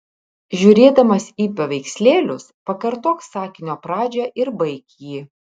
žiūrėdamas į paveikslėlius pakartok sakinio pradžią ir baik jį